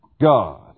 God